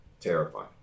terrifying